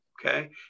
Okay